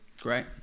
Great